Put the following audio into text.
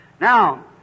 Now